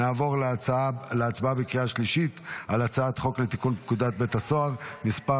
נעבור להצבעה בקריאה שלישית על הצעת חוק לתיקון פקודת בתי הסוהר (מס'